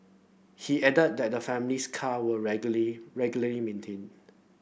he added that the family's car were regularly maintained